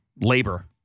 labor